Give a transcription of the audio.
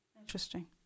Interesting